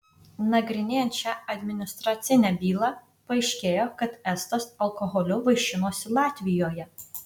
nagrinėjant šią administracinę bylą paaiškėjo kad estas alkoholiu vaišinosi latvijoje